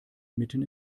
mitten